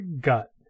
gut